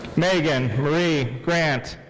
megan marie grant.